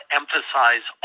emphasize